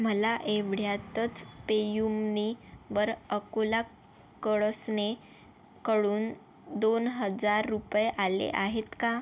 मला एवढ्यातच पेयुमनी वर अकोला कळसने कडून दोन हजार रुपये आले आहेत का